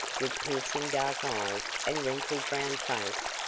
with piercing dark eyes and wrinkled brown face,